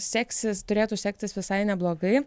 seksis turėtų sektis visai neblogai